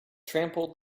trample